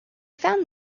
found